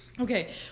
Okay